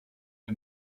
der